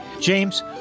James